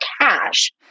cash